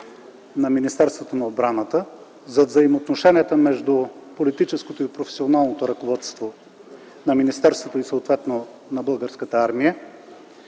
на Министерството на отбраната, за взаимоотношенията между политическото и професионалното ръководство на министерството и съответно на Българската армия,